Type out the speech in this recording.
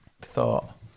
thought